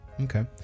okay